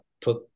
put